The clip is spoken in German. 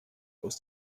aus